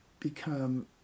become